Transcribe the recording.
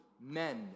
men